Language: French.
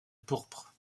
pourpre